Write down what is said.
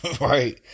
Right